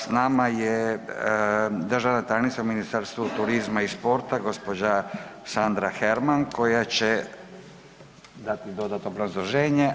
S nama je državna tajnica u Ministarstvu turizma i sporta gospođa Sandra Herman koja će dati dodatno obrazloženje.